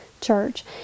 Church